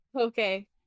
Okay